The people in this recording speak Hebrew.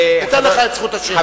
אתן לך את זכות השאלה.